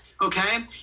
Okay